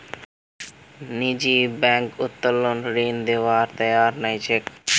निजी बैंक उत्तोलन ऋण दिबार तैयार नइ छेक